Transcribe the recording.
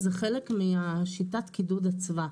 זה חלק משיטת קידוד אצווה.